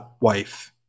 wife